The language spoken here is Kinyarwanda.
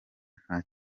nta